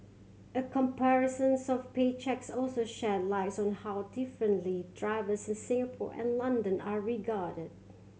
a comparisons of pay cheques also sheds light on how differently drivers in Singapore and London are regarded